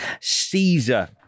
Caesar